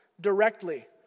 directly